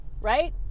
right